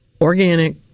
organic